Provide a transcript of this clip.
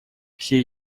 все